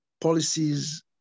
policies